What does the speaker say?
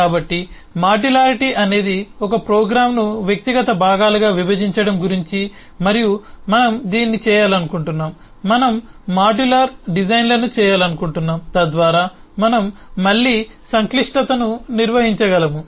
కాబట్టి మాడ్యులారిటీ అనేది ఒక ప్రోగ్రామ్ను వ్యక్తిగత భాగాలుగా విభజించడం గురించి మరియు మనం దీన్ని చేయాలనుకుంటున్నాము మనం మాడ్యులర్ డిజైన్లను చేయాలనుకుంటున్నాము తద్వారా మనం మళ్ళీ సంక్లిష్టతను నిర్వహించగలము